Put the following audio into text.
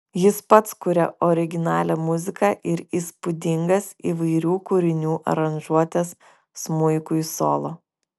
jis pats kuria originalią muziką ir įspūdingas įvairių kūrinių aranžuotes smuikui solo